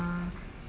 ah